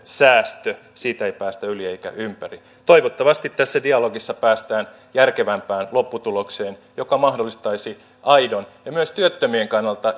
säästö siitä ei päästä yli eikä ympäri toivottavasti tässä dialogissa päästään järkevämpään lopputulokseen joka mahdollistaisi aidon uudistamisen ja myös työttömien kannalta